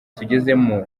tugezemo